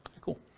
Cool